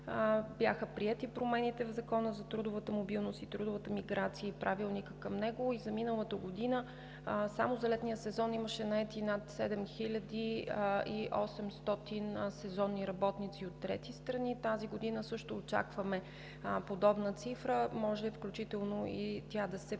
бяха приети промените в Закона за трудовата мобилност и трудовата миграция и Правилникът към него, и за миналата година само за летния сезон имаше наети над 7800 сезонни работници от трети страни. Тази година също очакваме подобна цифра, може и тя да се повиши.